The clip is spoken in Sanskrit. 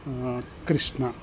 कृष्ण